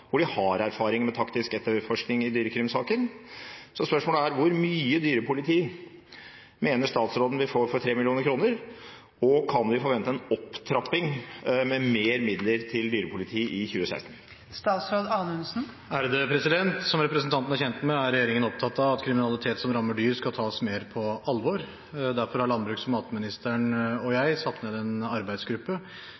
hvor de har erfaring med taktisk etterforskning i dyrekrim-saker. Hvor mye dyrepoliti mener statsråden vi får for 3 mill. kr, og kan vi forvente en opptrapping av midler til dyrepoliti i 2016?» Som representanten er kjent med, er regjeringen opptatt av at kriminalitet som rammer dyr, skal tas mer på alvor. Derfor satte landbruks- og matministeren og jeg ned en arbeidsgruppe